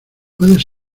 puedes